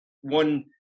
one